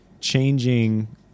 changing